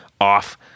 off